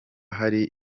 hari